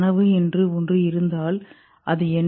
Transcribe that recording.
நனவு என்று ஒன்று இருந்தால் அது என்ன